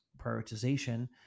prioritization